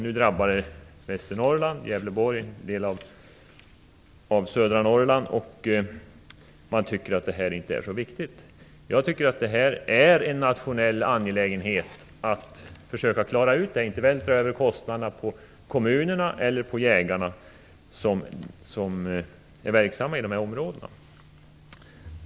Nu drabbades Västernorrland, Gävleborg och delar av södra Norrland, och då tycker man inte att det är så viktigt. Jag tycker att det är en nationell angelägenhet att försöka klara av det här utan att vältra över kostnaderna på kommunerna eller jägarna som är verksamma i dessa områden.